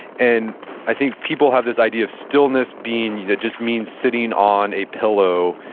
and i think people have this idea of stillness being, you know just means sitting on a pillow,